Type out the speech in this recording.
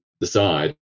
decide